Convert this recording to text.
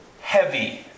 heavy